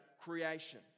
creation